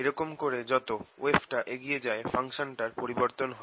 এরকম করেই যত ওয়েভটা এগিয়ে যায় ফাংশনের পরিবর্তন হয়